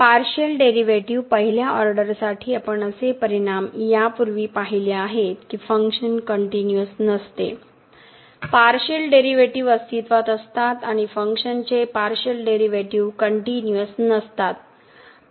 partial derivative पहिल्या ऑर्डरसाठी आपण असे परिणाम यापूर्वी पाहिले आहेत की फंक्शन कनटिन्यूअस नसते पार्शिअल डेरीवेटीव अस्तित्वात असतात आणि फंक्शनचे पार्शिअल डेरीवेटीव कनटिन्यूअस नसतात